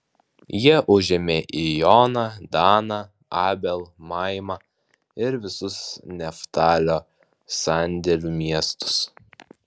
jie užėmė ijoną daną abel maimą ir visus neftalio sandėlių miestus